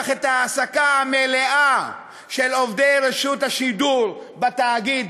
העסקת מלאה של עובדי רשות השידור בתאגיד.